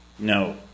No